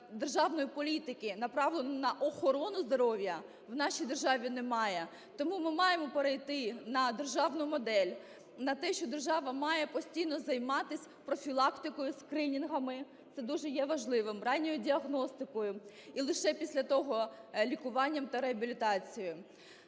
державної політики, направленої на охорону здоров'я, в нашій державі немає. Тому ми маємо перейти на державну модель, на те, що держава має постійно займатись профілактикою, скринінгами, це дуже є важливим, ранньою діагностикою. І лише після того лікуванням та реабілітацією.